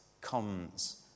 comes